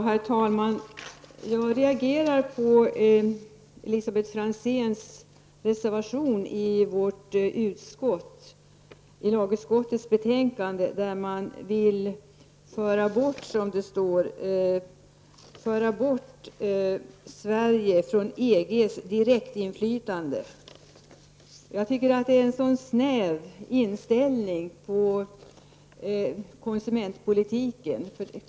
Herr talman! Jag reagerar mot Elisabet Franzéns reservation till vårt utskottsbetänkande, där hon vill föra bort, som det står, Sverige från EG:s direkta inflytande. Jag tycker att det är en sådan snäv inställning till konsumentpolitiken.